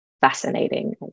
fascinating